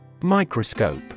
Microscope